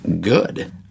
good